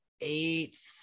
eighth